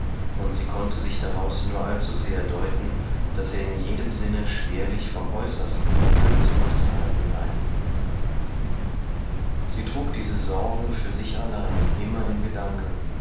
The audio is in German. und sie konnte sich daraus nur allzusehr deuten daß er in jedem sinne schwerlich vom äußersten würde zurückzuhalten sein sie trug diese sorgen für sich allein immer in gedanken